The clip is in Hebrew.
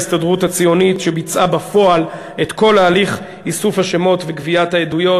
ההסתדרות הציונית שביצעה בפועל את כל הליך איסוף השמות וגביית העדויות,